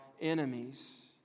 enemies